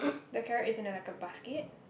the carrot is in like a basket